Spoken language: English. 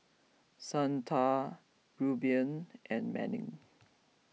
Santa Reuben and Manning